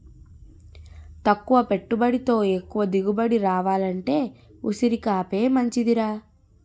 తక్కువ పెట్టుబడితో ఎక్కువ దిగుబడి రావాలంటే ఉసిరికాపే మంచిదిరా